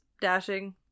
dashing